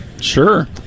Sure